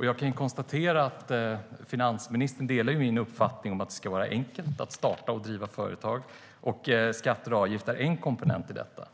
Jag kan konstatera att finansministern delar min uppfattning att det ska vara enkelt att starta och driva företag, och skatter och avgifter är en komponent i detta.